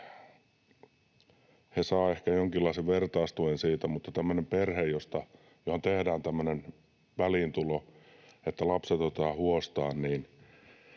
saavat ehkä jonkinlaisen vertaistuen siitä, mutta perhe, johon tehdään väliintulo, että lapset otetaan huostaan,